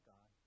God